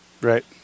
Right